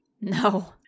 no